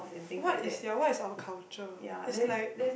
what is ya what is our culture is like